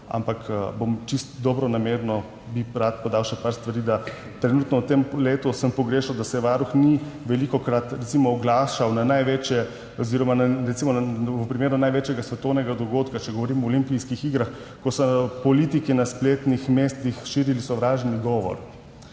ampak čisto dobronamerno bi rad podal še nekaj stvari. Trenutno, v tem letu sem pogrešal, da se Varuh ni velikokrat oglašal, recimo v primeru največjega svetovnega dogodka, če govorimo o olimpijskih igrah, ko so politiki na spletnih mestih širili sovražni govor.